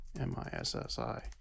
M-I-S-S-I